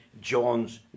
John's